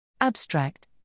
Abstract